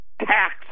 tax